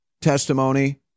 testimony